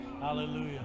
hallelujah